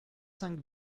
cinq